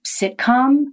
sitcom